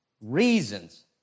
reasons